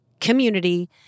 community